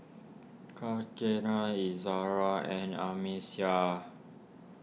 car Izzara and Amsyar